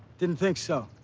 didn't think so.